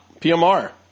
PMR